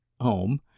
home